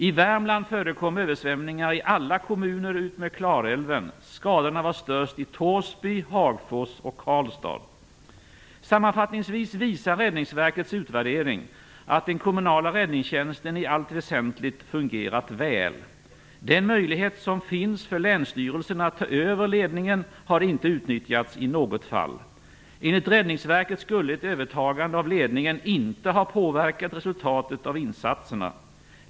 I Värmland förekom översvämningar i alla kommuner utmed Klarälven. Skadorna var störst i Torsby, Hagfors och Karlstad. Sammanfattningsvis visar Räddningsverkets utvärdering att den kommunala räddningstjänsten i allt väsentligt fungerat väl. Den möjlighet som finns för länsstyrelsen att ta över ledningen har inte utnyttjats i något fall. Enligt Räddningsverket skulle ett övertagande av ledningen inte ha påverkat resultatet av insatserna.